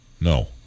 No